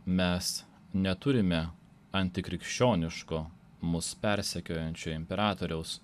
mes neturime antikrikščioniško mus persekiojančio imperatoriaus